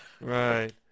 Right